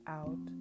out